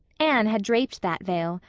anne had draped that veil,